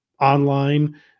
online